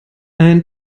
ein